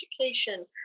education